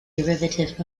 derivative